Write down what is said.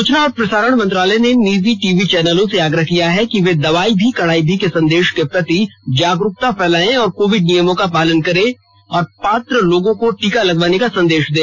सूचना और प्रसारण मंत्रालय ने निजी टीवी चैनलों से आग्रह किया है कि वे दवाई भी कड़ाई भी के संदेश के प्रति जागरूकता फैलाएं और कोविड नियमों का पालन करने तथा पात्र लोगों को टीका लगवाने का संदेश दें